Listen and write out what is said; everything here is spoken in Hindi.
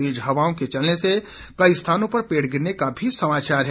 तेज हवाओं के चलने से कई स्थानों पर पेड़ गिरने का भी समाचार है